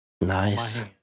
Nice